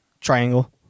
Triangle